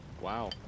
Wow